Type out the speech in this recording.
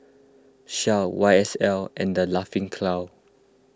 Shell Y S L and the Laughing Cow